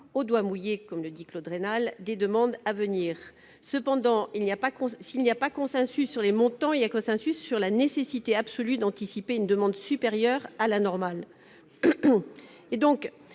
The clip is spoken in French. au doigt mouillé, comme le dit Claude Raynal, des demandes à venir. Cependant, s'il n'y a pas de consensus sur les montants, il y en a un sur la nécessité absolue d'anticiper une demande supérieure à la normale. Après